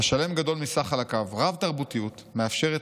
"השלם גדול מסך חלקיו: רב-תרבותיות מאפשרת